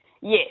Yes